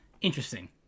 interesting